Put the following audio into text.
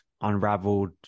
unraveled